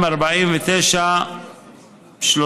249(33)